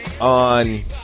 on